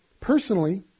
personally